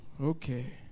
Okay